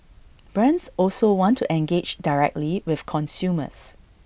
brands also want to engage directly with consumers